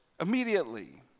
immediately